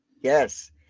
Yes